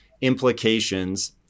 implications